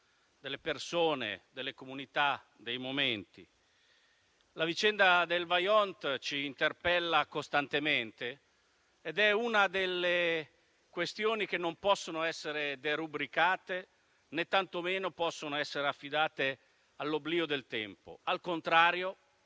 delle persone, delle comunità, dei momenti. La vicenda del Vajont ci interpella costantemente ed è una delle questioni che non possono essere derubricate, né tantomeno possono essere affidate all'oblio del tempo. Al contrario,